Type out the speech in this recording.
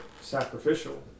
sacrificial